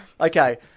Okay